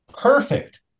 perfect